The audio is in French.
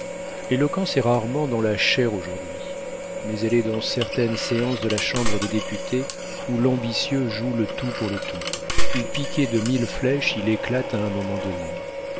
l'éloquence est rarement dans la chaire aujourd'hui mais elle est dans certaines séances de la chambre des députés où l'ambitieux joue le tout pour le tout où piqué de milles flèches il éclate à un moment donné